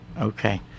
Okay